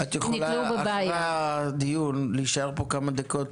חווה, את יכולה אחרי הדיון להישאר פה כמה דקות